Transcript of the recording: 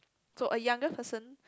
so a younger person